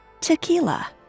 Tequila